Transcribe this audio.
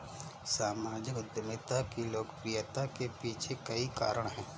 सामाजिक उद्यमिता की लोकप्रियता के पीछे कई कारण है